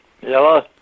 Hello